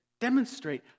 demonstrate